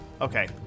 Okay